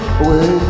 away